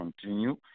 continue